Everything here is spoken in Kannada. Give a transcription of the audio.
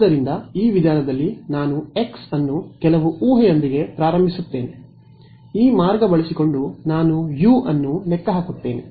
ಆದ್ದರಿಂದ ಈ ವಿಧಾನದಲ್ಲಿ ನಾನು x ಅನ್ನು ಕೆಲವು ಊಹೆಯೊಂದಿಗೆ ಪ್ರಾರಂಭಿಸುತ್ತೇನೆ ಈ ಮಾರ್ಗ ಬಳಸಿಕೊಂಡು ನಾನು ಯು ಅನ್ನು ಲೆಕ್ಕ ಹಾಕುತ್ತೇನೆ